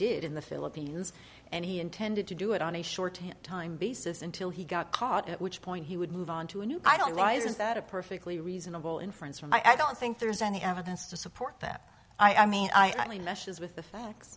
did in the philippines and he intended to do it on a short time basis until he got caught at which point he would move on to a new i don't know is that a perfectly reasonable inference from i don't think there's any evidence to support that i mean i only meshes with the facts